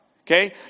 okay